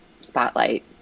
spotlight